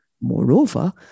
Moreover